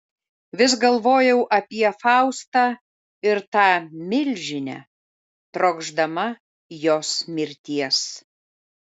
vis galvojau apie faustą ir tą milžinę trokšdama jos mirties